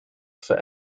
for